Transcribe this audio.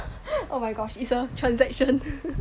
oh my gosh it's a transaction